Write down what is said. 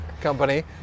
Company